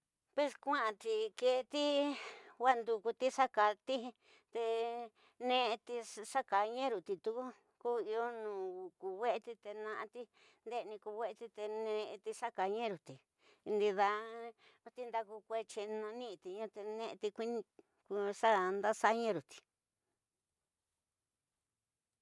Pues nkuati nketi wandukoti, xa katí te nezeti xa ka neruti tuku ko iyo nu wenxi te na ñati ndendi ku wexeti te neeti xaka neruti ndidaxi tinda ku kutyi na niñi ña te ne'eti ku xa ndaxa neruti.